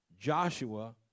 Joshua